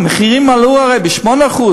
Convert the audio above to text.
המחירים עלו הרי ב-8%,